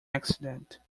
accident